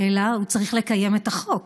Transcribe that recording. אלא הוא צריך לקיים את החוק